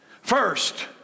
First